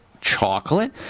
chocolate